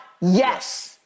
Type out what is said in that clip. Yes